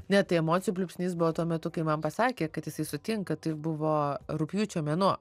ne tai emocijų pliūpsnis buvo tuo metu kai man pasakė kad jisai sutinka tai buvo rugpjūčio mėnuo